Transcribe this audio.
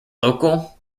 local